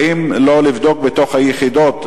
האם לא לבדוק בתוך היחידות,